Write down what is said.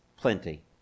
plenty